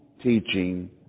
teaching